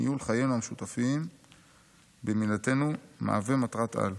"ניהול חיינו המשותפים במדינתנו מהווה מטרת-על,